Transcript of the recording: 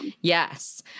yes